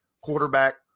quarterback